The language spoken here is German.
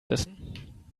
essen